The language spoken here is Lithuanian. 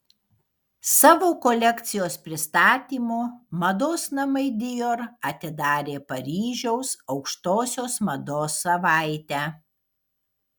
savo kolekcijos pristatymu mados namai dior atidarė paryžiaus aukštosios mados savaitę